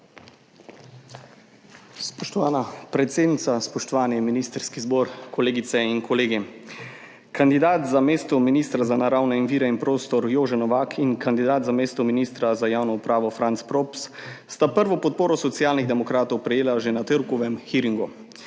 Spoštovana predsednica, spoštovani ministrski zbor, kolegice in kolegi! Kandidat za mesto ministra za naravne vire in prostor Jože Novak in kandidat za mesto ministra za javno upravo Franc Props sta prvo podporo Socialnih demokratov prejela že na torkovem hearingu.